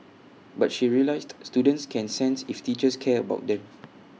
but she realised students can sense if teachers care about them